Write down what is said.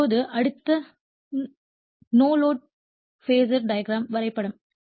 இப்போது அடுத்தது no load phasor வரைபடம்